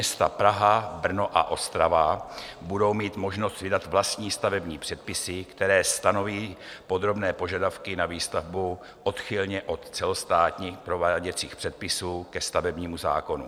Města Praha, Brno a Ostrava budou mít možnost vydat vlastní stavební předpisy, které stanoví podrobné požadavky na výstavbu odchylně od celostátních prováděcích předpisů ke stavebnímu zákonu.